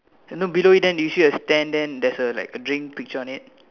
then below it then do you see a stand then there's a like a drink picture on it